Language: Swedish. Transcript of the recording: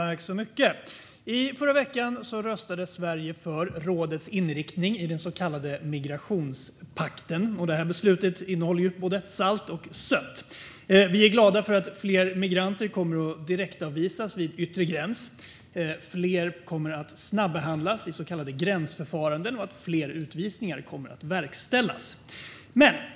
Herr talman! I förra veckan röstade Sverige för rådets inriktning gällande den så kallade migrationspakten. Detta beslut innehåller både salt och sött. Vi är glada för att fler migranter kommer att direktavvisas vid yttre gräns, att fler kommer att snabbehandlas i så kallade gränsförfaranden och att fler utvisningar kommer att verkställas.